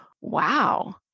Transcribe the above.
Wow